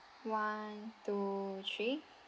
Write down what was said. one two three